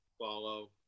follow